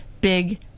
big